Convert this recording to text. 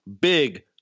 big